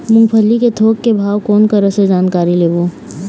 मूंगफली के थोक के भाव कोन करा से जानकारी लेबो?